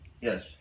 Yes